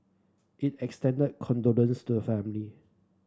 it extended condolence to the family